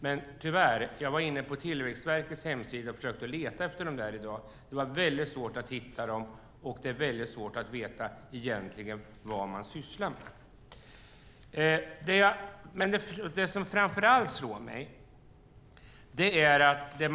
Jag var i dag inne på Tillväxtverkets hemsida och försökte leta efter sådana. Men tyvärr var det väldigt svårt att hitta dem, och det är väldigt svårt att veta vad man egentligen sysslar med.